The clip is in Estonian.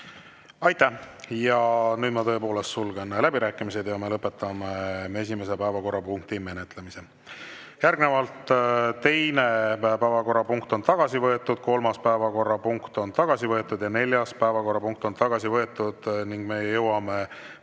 Aitäh! Nüüd ma tõepoolest sulgen läbirääkimised ja lõpetame esimese päevakorrapunkti menetlemise. Teine päevakorrapunkt on tagasi võetud, kolmas päevakorrapunkt on tagasi võetud ja neljas päevakorrapunkt on tagasi võetud.Me jõuame viienda